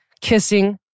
Kissing